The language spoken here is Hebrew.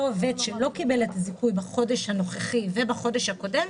אותו עובד שלא קיבל את הזיכוי בחודש הנוכחי ובחודש הקודם,